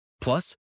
Plus